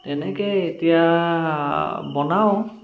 তেনেকৈয়ে এতিয়া বনাওঁ